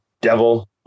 Devil